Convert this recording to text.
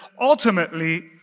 ultimately